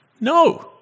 no